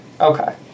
Okay